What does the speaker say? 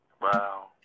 Wow